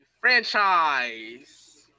Franchise